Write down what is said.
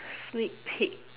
sneak peek